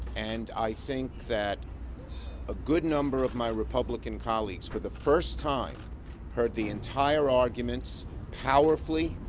and i think that a good number of my republican colleagues for the first time heard the entire arguments powerfully,